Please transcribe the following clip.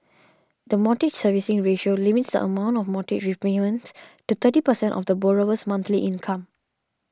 the Mortgage Servicing Ratio limits the amount for mortgage repayments to thirty percent of the borrower's monthly income